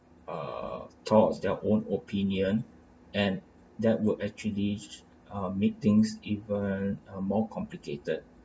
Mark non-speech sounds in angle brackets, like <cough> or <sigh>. err thoughts their own opinions and that will actually <noise> uh make things even uh more complicated